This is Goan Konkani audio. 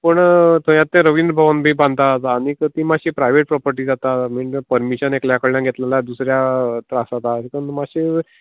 पूण थंय आतां ते रवींद्र भवन बांदतात आनीक ती माशीं प्राइवेट प्रॉपटी जाता मागी पर्मिशन एकल्या कडल्यान घेतले जाल्या दुसऱ्या त्रास जाता आनी मात्शे